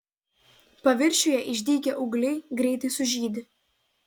paviršiuje išdygę ūgliai greitai sužydi